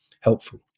helpful